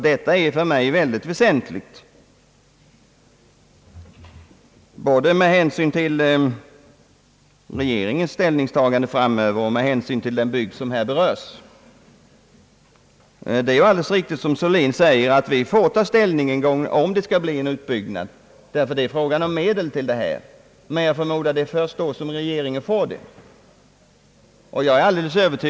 Detta är för mig mycket väsentligt, både med tanke på regeringens ställningstagande framöver och med tanke på den bygd och de människor som berörs. Det är riktigt som herr Sörlin säger, att vi får ta ställning till om det en gång i framtiden skall bli en utbyggnad av Vindelälven, ty det är då en fråga om att anslå medel. Jag förmodar att det blir först då som regeringen förelägger riksdagen frågan.